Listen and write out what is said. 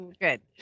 good